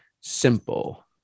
simple